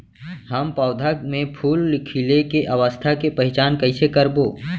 हम पौधा मे फूल खिले के अवस्था के पहिचान कईसे करबो